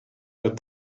that